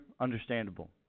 understandable